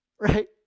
right